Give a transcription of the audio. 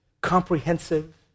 comprehensive